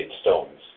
stones